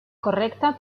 correcta